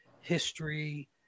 history